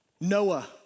Noah